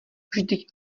vždyť